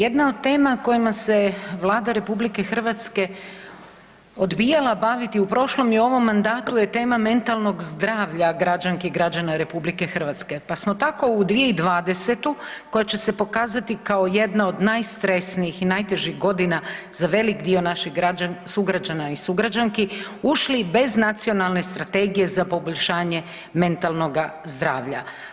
Jedna od tema kojima se Vlada RH odbijala baviti u prošlom i ovom mandatu je tema mentalnog zdravlja građanki i građanka RH pa smo tako u 2020. koja će se pokazati kao jedna od najstresnijih i najtežih godina za velik dio naših sugrađana i sugrađanki, ušli bez Nacionalne strategije za poboljšanje mentalnoga zdravlja.